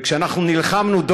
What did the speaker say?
וכשנלחמנו,